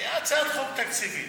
הצעת חוק תקציבית,